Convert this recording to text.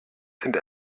sind